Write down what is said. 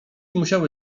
musiały